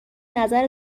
نظر